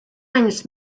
anys